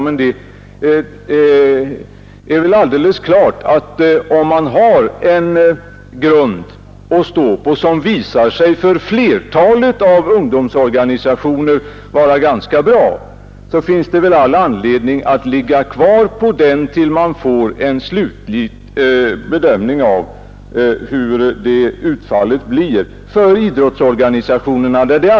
Men det är väl alldeles klart att om man har en grund att stå på, som för flertalet av ungdomsorganisationerna visar sig vara ganska bra, finns det all anledning att stå kvar på den tills man får en slutlig bedömning av hur utfallet blir för idrottsorganisationerna.